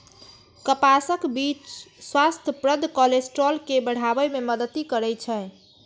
कपासक बीच स्वास्थ्यप्रद कोलेस्ट्रॉल के बढ़ाबै मे मदति करै छै